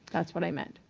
that's what i meant.